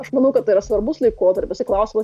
aš manau kad tai yra svarbus laikotarpis ir klausimas